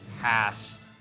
past